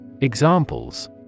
Examples